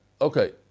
Okay